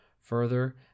Further